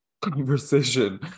conversation